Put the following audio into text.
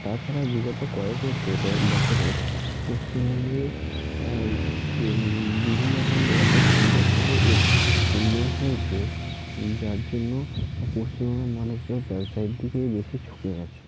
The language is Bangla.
তাছাড়াও বিগত কয়েক বছরে পশ্চিমবঙ্গে যে বিভিন্ন রকম এত সুন্দরভাবে উন্নয়ন হয়েছে যার জন্য পশ্চিমবঙ্গের মানুষজন ব্যবসার দিকেই বেশি ঝুঁকে গিয়েছে